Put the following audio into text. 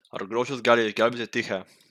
ar grožis gali išgelbėti tichę